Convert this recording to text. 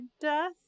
death